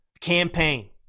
campaign